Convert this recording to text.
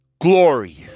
Glory